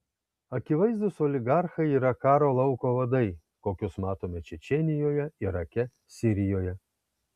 akivaizdūs oligarchai yra karo lauko vadai kokius matome čečėnijoje irake sirijoje